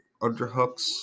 underhooks